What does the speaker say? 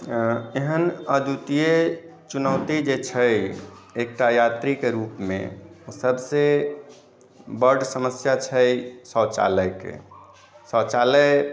एहन अद्वितीय चुनौती जे छै एकटा यात्री के रूप मे ओ सबसे बड्ड समस्या छै शौचालय के शौचालय